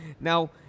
Now